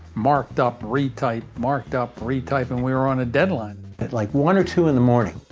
marked up, retyped, marked up, retyped, and we were on a deadline at like one or two in the morning,